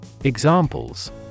Examples